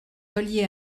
relié